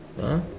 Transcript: !huh!